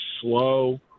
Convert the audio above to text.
slow